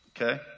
Okay